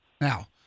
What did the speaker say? Now